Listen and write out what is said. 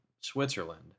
Switzerland